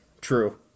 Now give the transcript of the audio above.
True